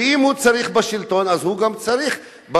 אם הוא צריך בשלטון, אז הוא גם צריך במחוקקים.